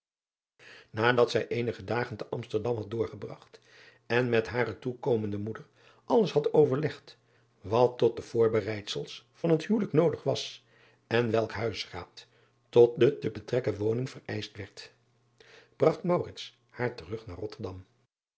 adat zij eenige dagen te msterdam had doorgebragt en met hare toekomende moeder alles had overlegd wat tot de voorbereidsels van het huwelijk noodig was en welk huisraad tot de te betrekken woning vereischt werd bragt haar terug naar otterdam